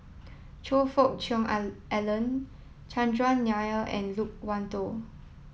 Choe Fook Cheong Alan Chandran Nair and Loke Wan Tho